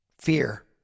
fear